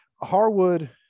Harwood